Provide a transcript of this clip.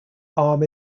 arm